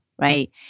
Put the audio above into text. right